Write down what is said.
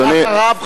אחריו,